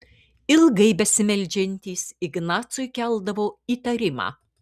ilgai besimeldžiantys ignacui keldavo įtarimą